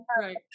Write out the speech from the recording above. right